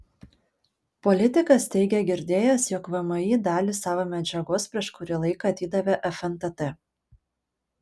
politikas teigė girdėjęs jog vmi dalį savo medžiagos prieš kurį laiką atidavė fntt